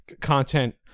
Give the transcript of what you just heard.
content